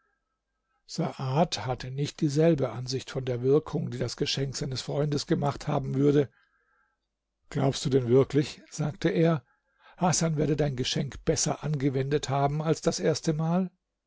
hatte nicht dieselbe ansicht von der wirkung die das geschenk seines freundes gemacht haben würde glaubst du denn wirklich sagte er hasan werde dein geschenk besser angewendet haben als das erste mal